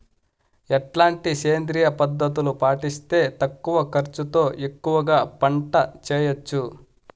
ఎట్లాంటి సేంద్రియ పద్ధతులు పాటిస్తే తక్కువ ఖర్చు తో ఎక్కువగా పంట చేయొచ్చు?